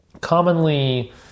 commonly